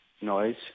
noise